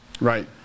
right